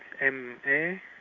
M-A